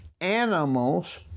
animals